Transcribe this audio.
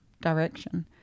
direction